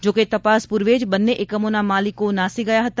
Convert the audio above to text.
જો કે તપાસ પૂર્વે જ બંને એકમોના માલિકો નાસી ગયા હતા